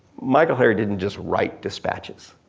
michael herr didn't just write dispatches.